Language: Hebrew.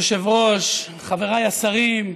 היושב-ראש, חבריי השרים,